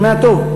אתה שומע טוב?